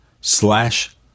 slash